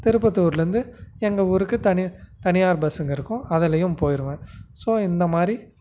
திருப்பத்தூர்லேருந்து எங்கள் ஊருக்கு தனியாக தனியார் பஸ்ஸுங்க இருக்கும் அதிலயும் போயிடுவேன் ஸோ இந்த மாதிரி